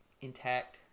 intact